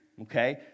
Okay